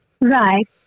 Right